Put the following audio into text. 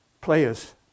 players